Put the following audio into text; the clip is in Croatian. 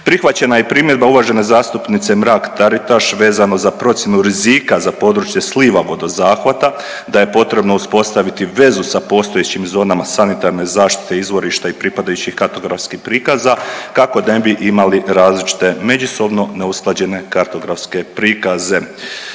Prihvaćena je i primjedba uvažene zastupnice Mrak-Taritaš vezano za procjenu rizika za područje sliva vodozahvata, da je potrebno uspostaviti vezu sa postojećim zonama sanitarne zaštite, izvorišta i pripadajućih kartografskih prikaza, kako ne bi imali različite međusobno neusklađene kartografske prikaze.